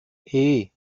hey